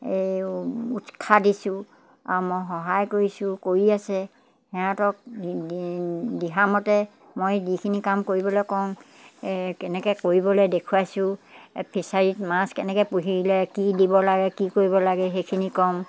এই উৎসাহ দিছোঁ আৰু মই সহায় কৰিছোঁ কৰি আছে সিহঁতক দিহামতে মই যিখিনি কাম কৰিবলৈ কওঁ কেনেকৈ কৰিবলৈ দেখুৱাইছোঁ ফিছাৰীত মাছ কেনেকৈ পুহিলে কি দিব লাগে কি কৰিব লাগে সেইখিনি ক'ম